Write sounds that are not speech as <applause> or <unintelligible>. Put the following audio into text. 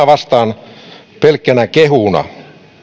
<unintelligible> vastaan pelkkänä kehuna